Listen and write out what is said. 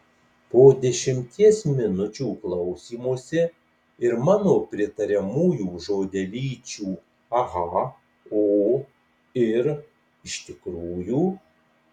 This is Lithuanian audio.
po dešimties minučių klausymosi ir mano pritariamųjų žodelyčių aha o ir iš tikrųjų